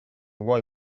vuoi